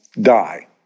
die